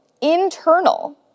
internal